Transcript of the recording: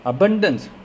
Abundance